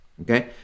okay